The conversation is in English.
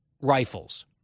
rifles